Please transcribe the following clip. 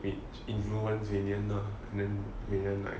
which influence valen lah then valen like